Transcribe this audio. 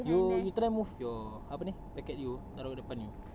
you you try move your apa ni paket you taruh depan you